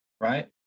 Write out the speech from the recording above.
right